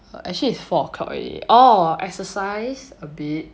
err actually it's four o'clock already oh exercise a bit